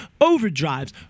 overdrives